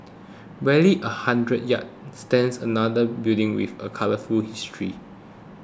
barely a hundred yards stands another building with a colourful history